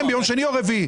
אם ביום שני או רביעי.